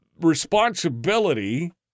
responsibility